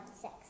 Six